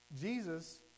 Jesus